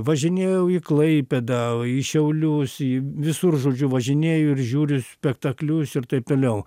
važinėjau į klaipėdą į šiaulius į visur žodžiu važinėju ir žiūriu spektaklius ir taip toliau